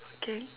okay